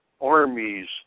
armies